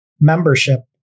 membership